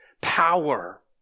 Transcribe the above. power